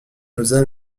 n’osa